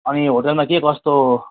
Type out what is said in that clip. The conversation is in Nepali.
अनि होटेलमा के कस्तो